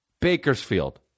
bakersfield